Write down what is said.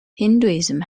hinduism